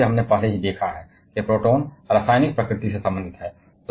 और जैसा कि हमने पहले ही देखा है कि प्रोटॉन रासायनिक प्रकृति से संबंधित हैं